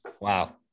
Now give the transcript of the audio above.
Wow